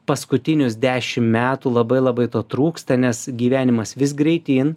paskutinius dešim metų labai labai to trūksta nes gyvenimas vis greityn